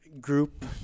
group